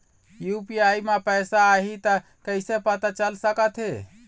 UPI म पैसा आही त कइसे पता चल सकत हे?